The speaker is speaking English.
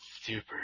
Super